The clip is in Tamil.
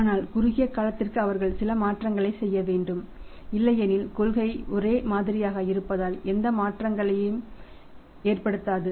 ஆனால் குறுகிய காலத்திற்கு அவர்கள் சில மாற்றங்களைச் செய்ய வேண்டும் இல்லையெனில் கொள்கை ஒரே மாதிரியாக இருப்பதால் எந்த மாற்றங்களையும் ஏற்படுத்தாது